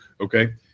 Okay